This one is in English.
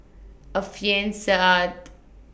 Alfian Sa'at